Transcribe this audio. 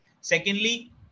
Secondly